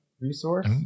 resource